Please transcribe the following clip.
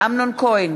אמנון כהן,